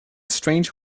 strange